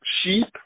sheep